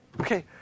Okay